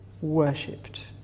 worshipped